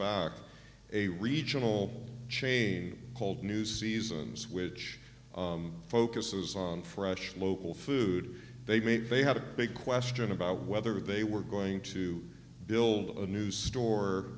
a regional chain called new seasons which focuses on fresh local food they made they had a big question about whether they were going to build a new store